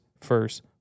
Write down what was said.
first